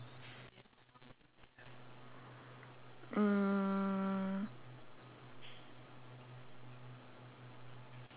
mm